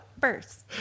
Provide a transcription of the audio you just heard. first